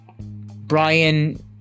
Brian